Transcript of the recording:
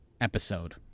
episode